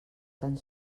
tan